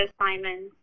assignments